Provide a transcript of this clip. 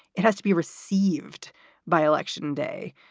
it has to be received by election day.